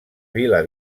vila